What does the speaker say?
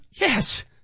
Yes